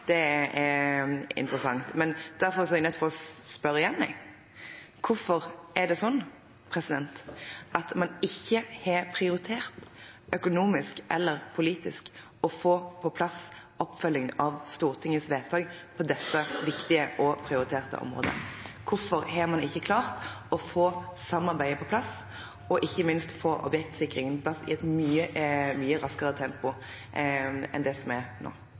er tema, er interessant. Derfor er jeg nødt til å spørre igjen: Hvorfor er det sånn at man ikke har prioritert, økonomisk eller politisk, å få på plass oppfølgingen av Stortingets vedtak på dette viktige og prioriterte området? Hvorfor har man ikke klart å få samarbeidet på plass, og ikke minst få objektsikringen på plass, i et mye raskere tempo enn det som er nå?